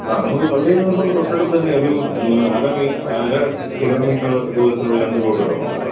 ആ നമുക്ക് പള്ളിയിൽ നിന്നിപ്പം തൊട്ടടുത്ത് തന്നെ ഒരു അര അര കിലോമീറ്റർ ദൂരത്തിലുള്ള രണ്ട് പ്ലോട്ട് കിടപ്പുണ്ട്